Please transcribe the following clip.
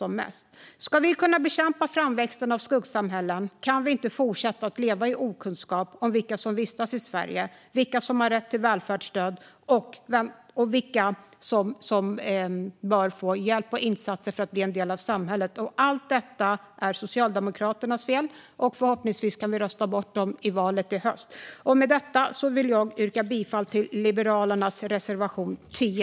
Stärkt kontroll och kvalitet i folkbokföringen Om vi ska kunna bekämpa framväxten av skuggsamhällen kan vi inte fortsätta att leva i okunskap om vilka som vistas i Sverige, vilka som har rätt till välfärdsstöd och vilka som bör få hjälp och insatser för att bli en del av samhället. Allt detta är Socialdemokraternas fel. Förhoppningsvis kan vi rösta bort dem i valet i höst. Med detta yrkar jag bifall till Liberalernas reservation 10.